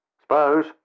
suppose